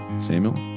samuel